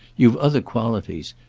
you've other qualities.